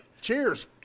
Cheers